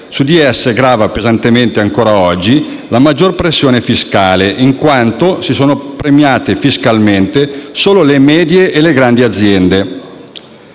Su di esse grava pesantemente ancora oggi la maggiore pressione fiscale, in quanto si sono premiate fiscalmente solo le medie e grandi imprese.